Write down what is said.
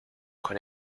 con